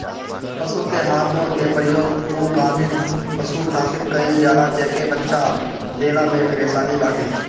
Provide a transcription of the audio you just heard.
पशु के हार्मोन के प्रयोग उ गाभिन पशु खातिर कईल जाला जेके बच्चा देला में परेशानी बाटे